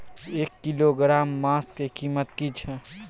एक किलोग्राम मांस के कीमत की छै?